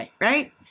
right